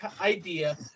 idea